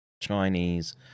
Chinese